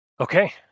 okay